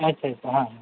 अच्छा अच्छा हा हा